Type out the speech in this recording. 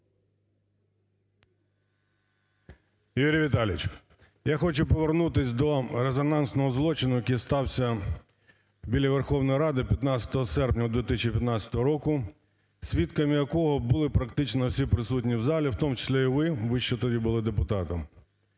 Юрій Віталійович, я хочу повернуться до резонансного злочину, який стався біля Верховної Ради 15 серпня 2015 року, свідками якого були практично всі присутні в залі, в тому числі і ви, ви тоді ще були депутатом.